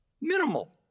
minimal